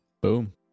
Boom